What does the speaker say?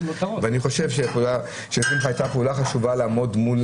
אני חושב שלשמחה הייתה פעולה חשובה לעמוד מול